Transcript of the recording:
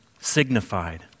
signified